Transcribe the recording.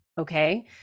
okay